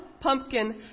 pumpkin